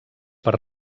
per